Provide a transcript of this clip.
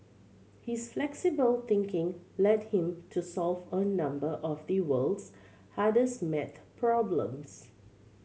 his flexible thinking led him to solve a number of the world's hardest maths problems